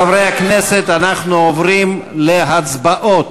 חברי הכנסת, אנחנו עוברים להצבעות.